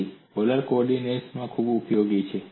તેથી પોલર કો ઓર્ડિનેટ્સમાં ખૂબ ઉપયોગી છે